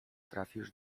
trafisz